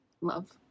love